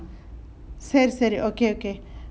சரி சரி:sari sari okay okay